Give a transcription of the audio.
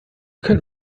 könnt